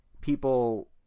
people